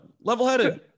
level-headed